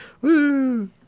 Woo